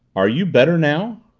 are you better now?